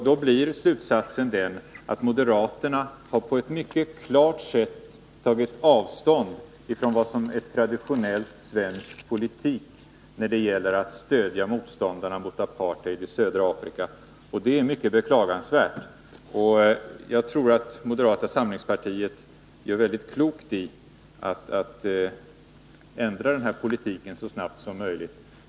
Då blir slutsatsen den, att moderaterna på ett mycket klart sätt har tagit avstånd från vad som är traditionell svensk politik när det gäller att stödja motståndarna mot apartheid i södra Afrika. Det är att beklaga, och jag tror att moderata samlingspartiet gör väldigt klokt i att ändra den här politiken så snabbt som möjligt.